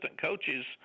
coaches